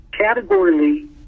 categorically